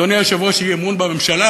אדוני היושב-ראש, אי-אמון בממשלה?